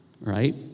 right